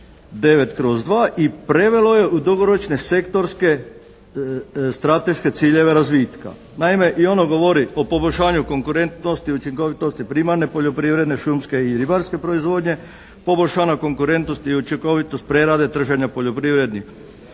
89/02. i prevelo je u dugoročne, sektorske, strateške ciljeve razvitka. Naime, i ono govori o poboljšanju konkurentnosti, učinkovitosti primarne poljoprivredne, šumske i ribarske proizvodnje, poboljšana konkurentnost i učinkovitost prerade, tržena poljoprivrednih,